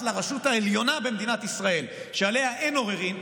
לרשות העליונה במדינת ישראל שעליה אין עוררין,